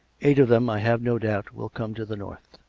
eight of them, i have no doubt, will come to the north.